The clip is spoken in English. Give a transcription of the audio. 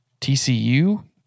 TCU